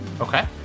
Okay